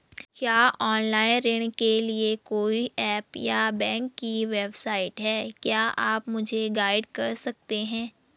क्या ऑनलाइन ऋण के लिए कोई ऐप या बैंक की वेबसाइट है क्या आप मुझे गाइड कर सकते हैं?